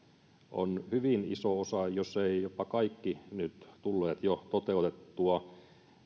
on hyvin iso osa jos eivät jopa kaikki nyt tullut jo toteutettua